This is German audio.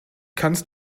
kannst